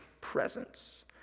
presence